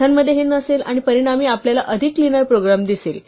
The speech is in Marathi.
पायथनमध्ये हे नसेल आणि परिणामी आपल्याला अधिक क्लीनर प्रोग्राम दिसेल